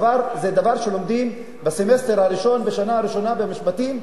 זה דבר שלומדים בסמסטר הראשון בשנה הראשונה במשפטים,